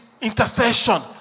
intercession